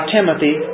Timothy